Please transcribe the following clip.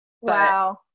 Wow